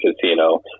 casino